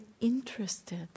interested